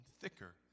thicker